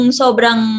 sobrang